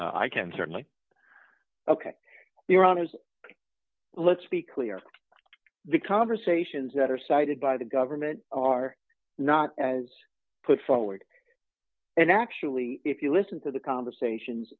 me i can certainly ok iran is let's be clear the conversations that are cited by the government are not as put forward and actually if you listen to the conversations